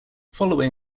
following